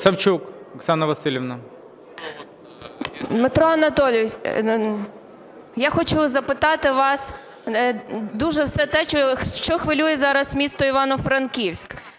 САВЧУК О.В. Дмитро Анатолійович, я хочу запитати вас дуже все те, що хвилює зараз місто Івано-Франківськ.